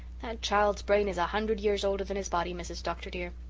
and child's brain is a hundred years older than his body, mrs. dr. dear.